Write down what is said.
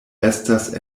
estas